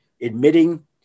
admitting